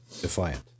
defiant